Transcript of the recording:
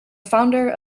founder